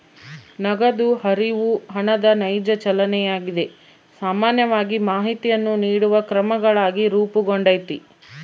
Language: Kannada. ನಗದು ಹರಿವು ಹಣದ ನೈಜ ಚಲನೆಯಾಗಿದೆ ಸಾಮಾನ್ಯವಾಗಿ ಮಾಹಿತಿಯನ್ನು ನೀಡುವ ಕ್ರಮಗಳಾಗಿ ರೂಪುಗೊಂಡೈತಿ